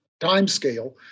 timescale